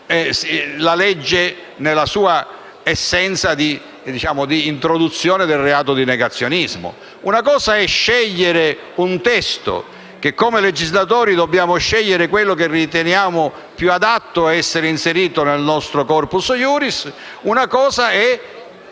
la legge nella sua essenza di introduzione del reato di negazionismo. Una cosa è scegliere un testo (e, come legislatori, dobbiamo scegliere quello che riteniamo più adatto ad essere inserito nel nostro *corpus iuris*); un'altra è